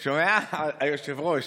אתה שומע, היושב-ראש,